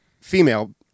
female